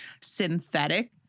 synthetic